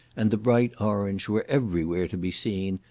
and the bright orange, were every where to be seen,